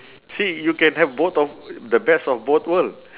see you can have both of the best of both world